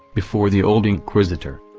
before the old inquisitor.